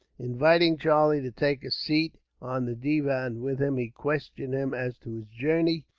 inviting charlie to take a seat on the divan with him, he questioned him as to his journey,